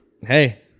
Hey